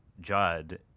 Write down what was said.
Judd